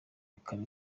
kare